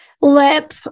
lip